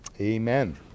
Amen